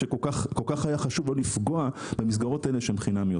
שכל-כך היה חשוב לא לפגוע במסגרות האלה שהן חינמיות.